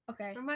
Okay